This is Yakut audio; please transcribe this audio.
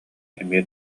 эмиэ